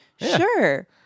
sure